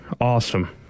awesome